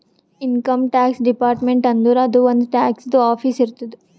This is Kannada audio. ಇನ್ಕಮ್ ಟ್ಯಾಕ್ಸ್ ಡಿಪಾರ್ಟ್ಮೆಂಟ್ ಅಂದುರ್ ಅದೂ ಒಂದ್ ಟ್ಯಾಕ್ಸದು ಆಫೀಸ್ ಇರ್ತುದ್